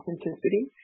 authenticity